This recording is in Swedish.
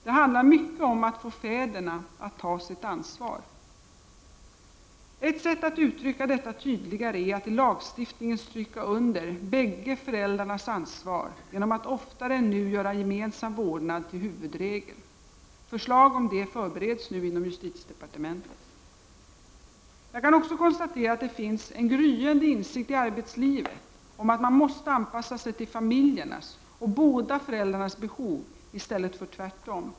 Det handlar mycket om att få fäderna att ta sitt ansvar. Ett sätt att uttrycka detta tydligare är att i lagstiftningen stryka under bägge föräldrarnas ansvar genom att oftare än nu göra gemensam vårdnad till huvudregel. Förslag om detta förbereds nu inom justitiedepartementet. Jag kan också konstatera att det finns en gryende insikt i arbetslivet om att man måste anpassa sig till familjernas och båda föräldrarnas behov i stället för tvärtom.